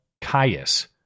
Caius